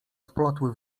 splotły